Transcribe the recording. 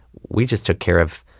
we just took care of,